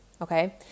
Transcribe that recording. Okay